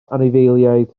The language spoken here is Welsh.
anifeiliaid